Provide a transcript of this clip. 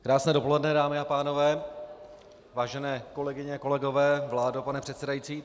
Krásné dopoledne, dámy a pánové, vážené kolegyně, kolegové, vládo, pane předsedající.